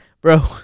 bro